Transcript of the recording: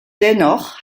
dennoch